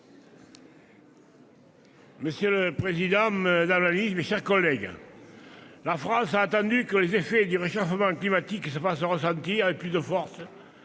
Monsieur le président, madame la ministre, mes chers collègues, la France a attendu que les effets du réchauffement climatique se fassent ressentir avec plus de force